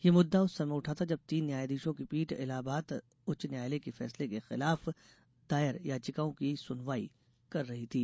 यह मुद्दा उस समय उठा था जब तीन न्यायाधीशों की पीठ इलाहाबाद उच्च न्यायालय के फैसले के खिलाफ दायर याचिकाओं की सुनवाई कर रही थी